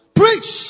preach